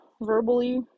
verbally